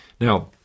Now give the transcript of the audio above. Now